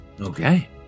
Okay